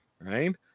Right